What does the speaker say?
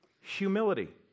humility